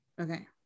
Okay